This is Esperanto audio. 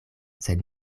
sed